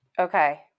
Okay